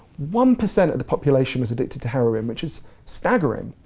one percent of the population was addicted to heroin, which is staggering.